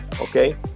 okay